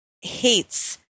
hates